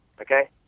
Okay